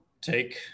take